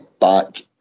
back